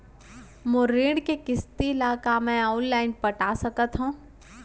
मोर ऋण के किसती ला का मैं अऊ लाइन पटा सकत हव?